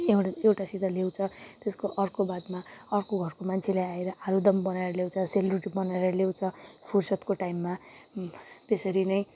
एउटासित ल्याउँछ तेसको अर्को बादमा अर्को घरको मान्छेले आएर घरमा आलुदम बनाएर ल्याउँछ सेलरोटी बनाएर ल्याउँछ फुर्सदको टाइममा त्यसरी नै